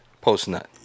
post-nut